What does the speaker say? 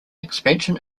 expansion